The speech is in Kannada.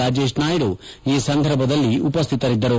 ರಾಜೇಶ್ ನಾಯ್ದು ಈ ಸಂದರ್ಭದಲ್ಲಿ ಉಪಸ್ದಿತರಿದ್ದರು